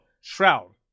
Shroud